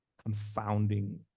confounding